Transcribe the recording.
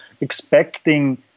expecting